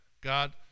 God